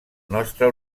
nostre